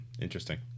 interesting